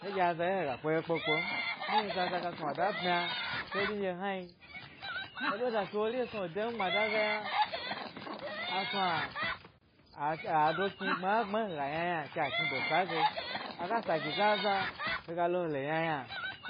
He ɗye aza ye hega kpe ye kpe kpe m mu hni ga zaza ga snu wa da ɓmya. Eɓe datu wori ndye snu ga de mi gbmada ge yna, asnu a'a do kni gbne gbne hega yna yna ke a kni do sa ge aga sa gi zaza woga lo wole yna-yna